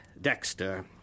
Dexter